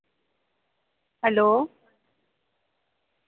hello